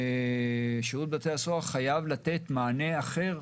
שירות בתי הסוהר חייב לתת מענה אחר,